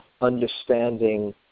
understanding